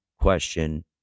question